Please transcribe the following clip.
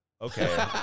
Okay